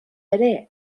ere